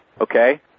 okay